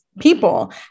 people